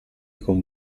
con